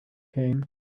came